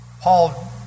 Paul